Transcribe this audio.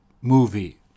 movie